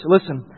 Listen